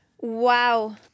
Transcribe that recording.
Wow